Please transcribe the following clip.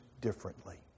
differently